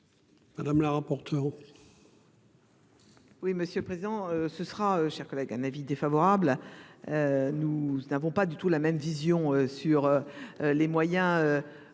madame la rapporteure,